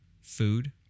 food